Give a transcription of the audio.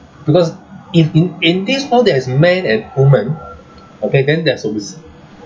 because if in in this world there's men and women okay then there's always